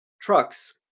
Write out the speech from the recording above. trucks